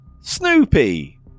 Snoopy